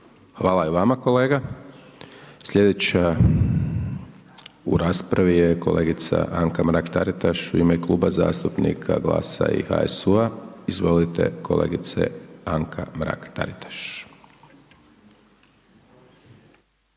Hvala vama kolega. Sljedeća u raspravi je kolegica Anka Mrak Taritaš u ime Kluba zastupnika GLAS-a i HSU-a, izvolite kolegice Anka Mrak Taritaš.